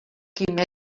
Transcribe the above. quimet